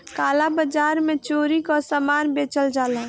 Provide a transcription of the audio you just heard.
काला बाजार में चोरी कअ सामान बेचल जाला